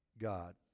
God